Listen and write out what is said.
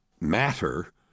matter